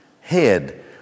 head